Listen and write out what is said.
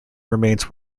remains